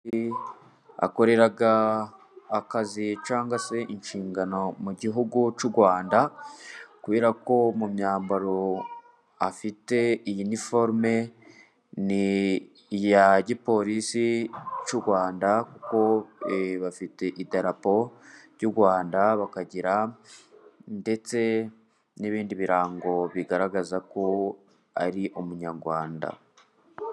Akorera akazi cyangwa se inshingano mu gihugu cy'u Rwanda kubera ko mu myambaro afite, iyi n'iniforume n'iy'igipolisi cy'u Rwanda kuko bafite idarapo ry'u Rwanda bakagira ndetse n'ibindi birango bigaragaza ko ari umunyarwanda.